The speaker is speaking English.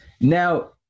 Now